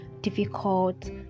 difficult